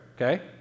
okay